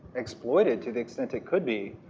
exploited to the extent it could be.